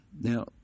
Now